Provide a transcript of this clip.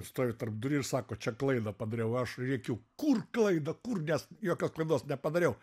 stovi tarpdury ir sako čia klaidą padariau aš rėkiu kur klaida kur nes jokios klaidos nepadariau